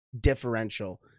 differential